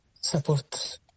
support